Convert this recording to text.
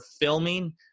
filming